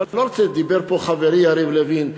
דיבר פה חברי יריב לוין,